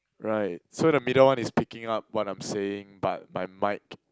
right so the middle one is picking up what I'm saying but my mic